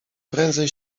prędzej